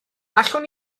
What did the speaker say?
allwn